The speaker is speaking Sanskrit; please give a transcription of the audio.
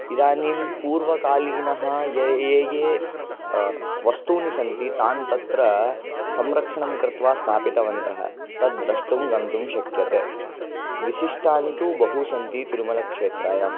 इदानीं पूर्वकालीनाः ये ये वस्तूनि सन्ति तान् तत्र संरक्षणं कृत्वा स्थापितवन्तः तद् द्रष्टुं गन्तुं शक्यते विशिष्टानि तु बहु सन्ति तिरूमलक्षेत्रायां